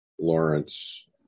Lawrence